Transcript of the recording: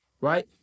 right